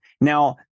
Now